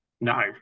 No